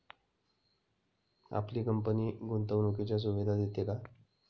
आपली कंपनी गुंतवणुकीच्या सुविधा देते का?